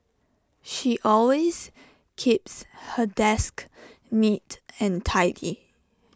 she always keeps her desk neat and tidy